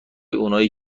اونایی